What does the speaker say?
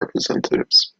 representatives